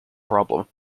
problem